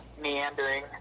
meandering